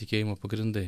tikėjimo pagrindai